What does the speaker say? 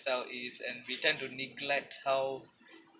~style is and we tend to neglect how